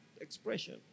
expression